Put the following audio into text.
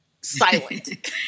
silent